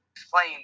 Explain